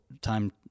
time